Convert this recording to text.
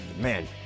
man